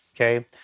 Okay